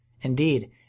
Indeed